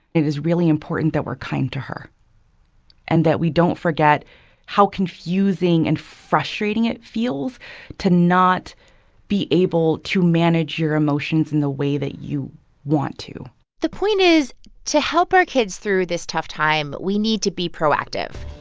it is really important that we're kind to her and that we don't forget how confusing and frustrating it feels to not be able to manage your emotions in the way that you want to the point is to help our kids through this tough time, we need to be proactive.